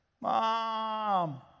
mom